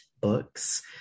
Books